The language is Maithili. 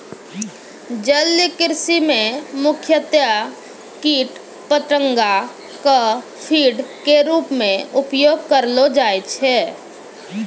जलीय कृषि मॅ मुख्यतया कीट पतंगा कॅ फीड के रूप मॅ उपयोग करलो जाय छै